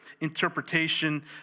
interpretation